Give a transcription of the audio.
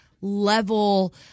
level